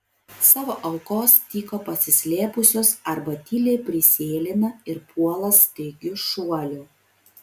savo aukos tyko pasislėpusios arba tyliai prisėlina ir puola staigiu šuoliu